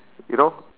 you know